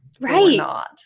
Right